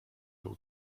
był